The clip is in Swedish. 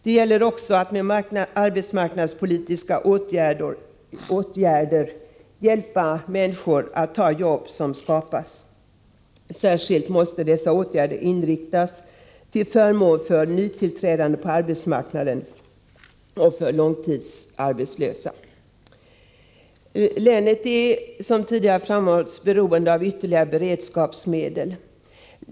Det gäller också att med arbetsmarknadspolitiska åtgärder hjälpa människor att ta jobb som skapas. Särskilt måste dessa åtgärder inriktas till förmån för nytillträdande på arbetsmarknaden och för långtidsarbetslösa. Länet är, som tidigare framhållits, beroende av ytterligare beredskapsmedel.